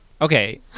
Okay